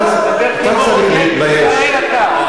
תתבייש לך.